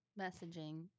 messaging